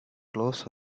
close